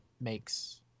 makes